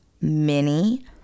Mini